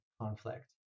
conflict